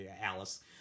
Alice